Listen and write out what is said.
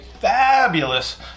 fabulous